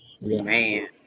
Man